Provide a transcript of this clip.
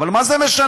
אבל מה זה משנה?